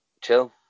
chill